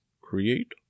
Create